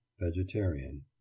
Vegetarian